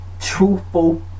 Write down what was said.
truthful